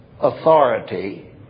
authority